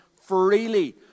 freely